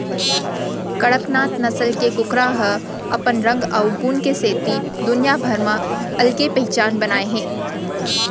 कड़कनाथ नसल के कुकरा ह अपन रंग अउ गुन के सेती दुनिया भर म अलगे पहचान बनाए हे